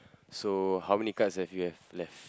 so how many cards have you have left